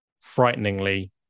frighteningly